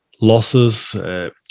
losses